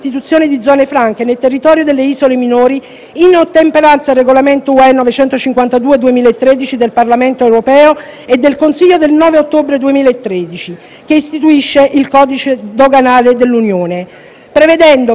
minori, in ottemperanza al regolamento UE 952/2013 del Parlamento europeo e del Consiglio del 9 ottobre 2013, che istituisce il codice doganale dell'Unione, prevedendo per tutte le isole una modalità